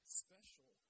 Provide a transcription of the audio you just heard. special